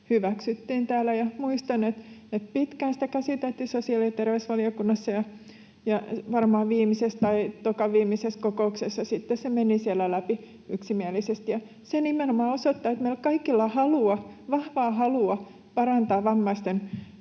hyväksyttiin täällä, ja muistan, että pitkään sitä käsiteltiin sosiaali- ja terveysvaliokunnassa ja varmaan viimeisessä tai tokaviimeisessä kokouksessa se sitten meni siellä läpi yksimielisesti. Ja se nimenomaan osoittaa, että meillä kaikilla on halua, vahvaa halua, parantaa vammaisten